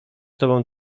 tobą